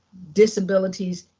disabilities,